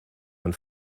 man